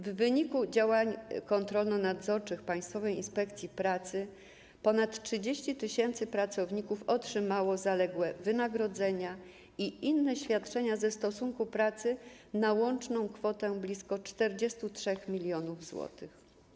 W wyniku działań kontrolno-nadzorczych Państwowej Inspekcji Pracy ponad 30 tys. pracowników otrzymało zaległe wynagrodzenia i inne świadczenia ze stosunku pracy na łączną kwotę blisko 43 mln zł.